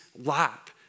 lap